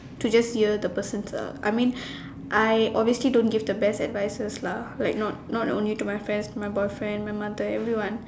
to just hear the person's uh I mean I obviously don't give the best advises lah like not not only to my friends my boyfriend my mother everyone